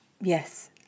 yes